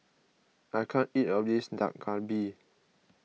I can't eat all of this Dak Galbi